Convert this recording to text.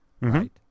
Right